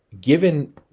Given